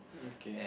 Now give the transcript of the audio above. okay